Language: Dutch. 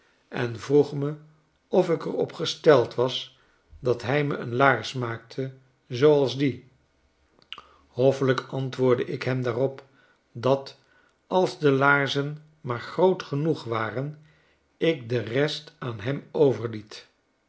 en vroeg me of ik er op gesteld was dat hij me een laars maakte zooals diephoffelijk antwoordde ik hem daarop dat als de laarzen maar groot genoeg waren ik de rest aan hem